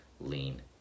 lean